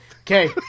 Okay